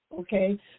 okay